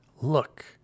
look